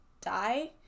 die